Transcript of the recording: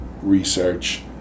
research